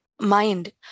mind